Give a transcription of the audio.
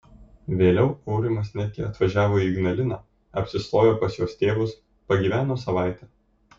vėliau aurimas netgi atvažiavo į ignaliną apsistojo pas jos tėvus pagyveno savaitę